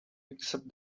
except